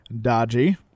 dodgy